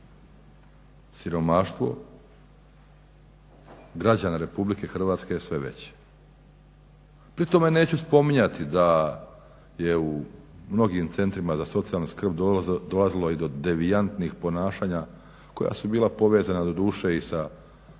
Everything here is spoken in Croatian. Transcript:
Siromaštvo građana Republike Hrvatske je sve veća. Pri tome neću spominjati da je u mnogim centrima za socijalnu skrb dolazilo i do devijantnih ponašanja koja su bila povezana, doduše, i sa vlastima